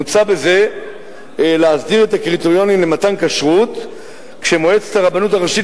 מוצע בזה להסדיר את הקריטריונים למתן כשרות כשמועצת הרבנות הראשית